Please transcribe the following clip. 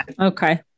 okay